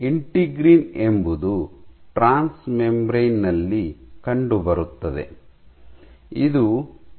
integrin ಎಂಬುದು transmembrane ನಲ್ಲಿ ಕಂಡುಬರುತ್ತದೆ ಇದು ಪೊರೆಯ ಉದ್ದಕ್ಕೂ ಇರುತ್ತದೆ